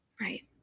right